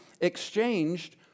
exchanged